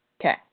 Okay